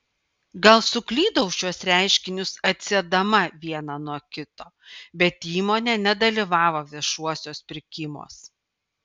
gal suklydau šiuos reiškinius atsiedama vieną nuo kito bet įmonė nedalyvavo viešuosiuos pirkimuos